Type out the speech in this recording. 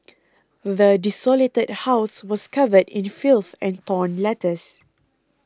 the desolated house was covered in filth and torn letters